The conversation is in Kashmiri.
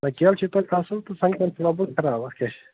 کیلہٕ چھِ توتہِ اصٕل تہٕ سنٛگتر چھِ لگ بگ خراب اتھ کیٛاہ چھِ